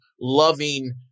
loving